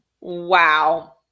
Wow